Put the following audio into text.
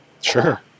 Sure